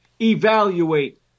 evaluate